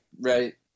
Right